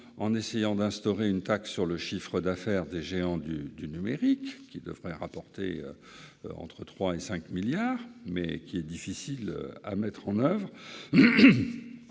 en essayant d'instaurer une taxe sur le chiffre d'affaires des géants du numérique, qui devrait rapporter entre 3 milliards et 5 milliards d'euros, mais celle-ci est difficile à mettre en oeuvre.